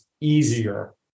easier